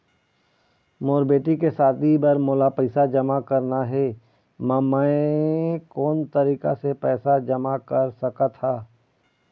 मोर बेटी के शादी बर मोला पैसा जमा करना हे, म मैं कोन तरीका से पैसा जमा कर सकत ह?